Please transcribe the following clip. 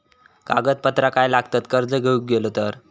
कागदपत्रा काय लागतत कर्ज घेऊक गेलो तर?